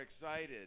excited